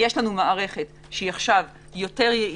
אם יש לנו מערכת שהיא יותר יעילה,